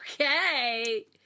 okay